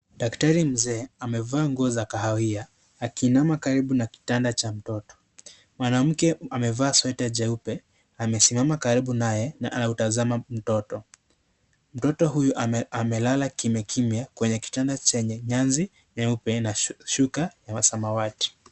Daktari mzee amevaa nguo za kahawia akiinama chini ya kitanda cha mtoto. Mwanamke amevaa sweta jeupe, amesimama karibu naye na anautzama mtoto. Mtoto huyu amelalala kimyekimye kwenye kitanda chenye nyenzi nyeupe na shuka za samawati.